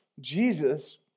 Jesus